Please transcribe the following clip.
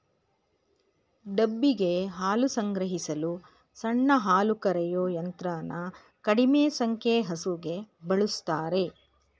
ಡಬ್ಬಿಗೆ ಹಾಲು ಸಂಗ್ರಹಿಸಲು ಸಣ್ಣ ಹಾಲುಕರೆಯೋ ಯಂತ್ರನ ಕಡಿಮೆ ಸಂಖ್ಯೆ ಹಸುಗೆ ಬಳುಸ್ತಾರೆ